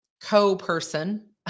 co-person